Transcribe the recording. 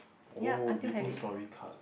oh Maple Story card